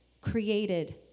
created